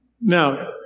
Now